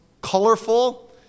colorful